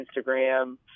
Instagram